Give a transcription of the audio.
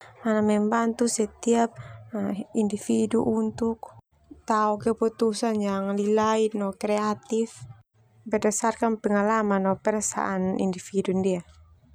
Membantu setiap individu untuk tao keputusan yang lilaik no kreatif berdasarkan pengalaman no perasaan individu ndia.